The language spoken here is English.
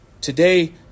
Today